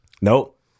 Nope